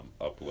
upload